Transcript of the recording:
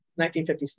1950s